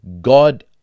god